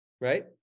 right